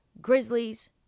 Grizzlies